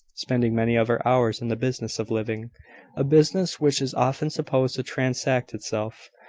spending many of her hours in the business of living a business which is often supposed to transact itself,